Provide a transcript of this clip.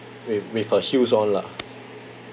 with with her heels on lah